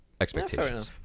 expectations